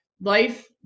life